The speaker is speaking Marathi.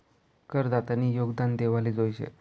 करदातानी योगदान देवाले जोयजे